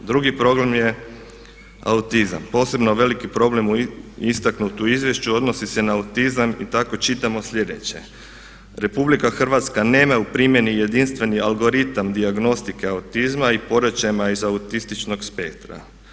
Drugi problem je autizam, posebno veliki problem istaknut u izvješću odnosi se na autizam i tako čitamo sljedeće: Republika Hrvatska nema u primjeni jedinstveni algoritam dijagnostike autizma i poremećajima iz autističnog spektra.